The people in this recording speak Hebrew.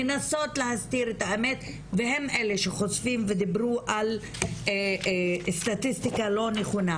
מנסות להסתיר את האמת והן אלה שחושפים ודיברו על סטטיסטיקה לא נכונה,